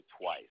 twice